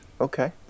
Okay